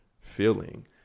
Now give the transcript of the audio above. feeling